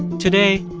today,